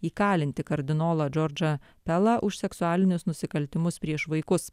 įkalinti kardinolą džordžą pelą už seksualinius nusikaltimus prieš vaikus